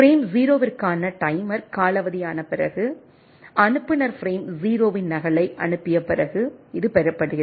frame 0 க்கான timer காலாவதியான பிறகு அனுப்புநர் பிரேம் 0 இன் நகலை அனுப்பிய பிறகு இது பெறப்படுகிறது